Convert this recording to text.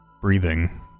breathing